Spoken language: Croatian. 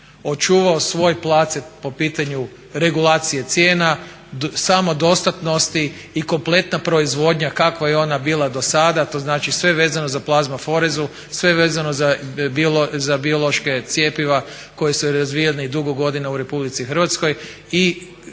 očuvao svoj placet po pitanju regulacije cijena, samodostatnosti i kompletna proizvodnja kakva je ona bila do sada, to znači sve vezano za plazmaferezu, sve vezano za biološka cjepiva koja su razvijana i dugo godina u Republici Hrvatskoj i